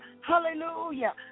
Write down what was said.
Hallelujah